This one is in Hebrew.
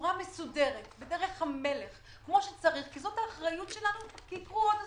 בצורה מסודרת ובדרך המלך כי זאת האחריות שלנו כי יקרו עוד אסונות.